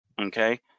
okay